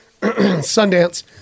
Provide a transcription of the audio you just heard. Sundance